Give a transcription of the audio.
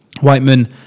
Whiteman